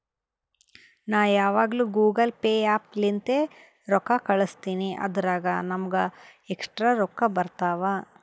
ನಾ ಯಾವಗ್ನು Google Pay app ಲಿಂತೇ ರೊಕ್ಕಾ ಕಳುಸ್ತಿನಿ ಅದುರಾಗ್ ನಮ್ಮೂಗ ಎಕ್ಸ್ಟ್ರಾ ರೊಕ್ಕಾ ಬರ್ತಾವ್